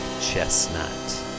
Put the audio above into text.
chestnut